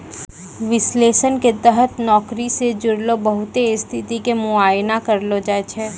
विश्लेषण के तहत नौकरी से जुड़लो बहुते स्थिति के मुआयना करलो जाय छै